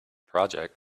project